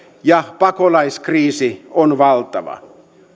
ja pakolaiskriisi on valtava